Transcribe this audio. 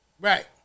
right